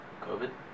COVID